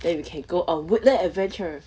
then you can go on woodland adventure